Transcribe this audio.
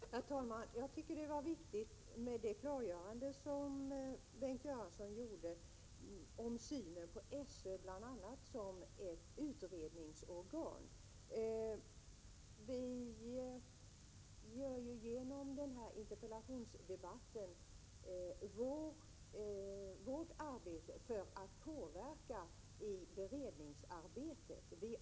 Herr talman! Jag tycker det var viktigt med det klargörande som Bengt Göransson gjorde om synen på SÖ som bl.a. ett utredningsorgan. Vi gör ju genom denna interpellationsdebatt vårt arbete för att påverka beredningsarbetet.